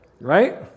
right